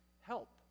help